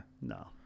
No